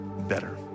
better